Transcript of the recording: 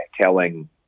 telling